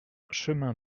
chemin